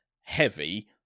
heavy